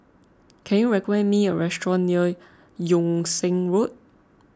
can you recommend me a restaurant near Yung Sheng Road